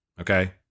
okay